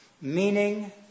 meaning